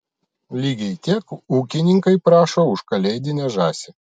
lygiai tiek ūkininkai prašo už kalėdinę žąsį